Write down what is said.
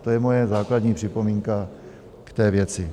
To je moje základní připomínka k té věci.